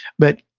but,